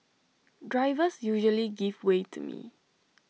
drivers usually give way to me